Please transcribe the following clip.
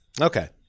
Okay